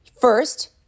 first